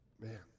Man